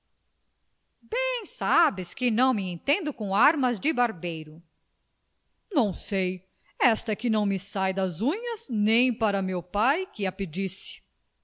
bem sabes que não me entendo com armas de barbeiro não sei esta é que não me sai das unhas nem para meu pai que a pedisse